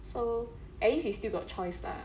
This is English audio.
so at least he still got choice lah